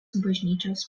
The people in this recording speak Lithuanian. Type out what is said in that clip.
bažnyčios